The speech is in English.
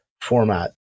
format